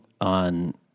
on